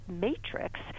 matrix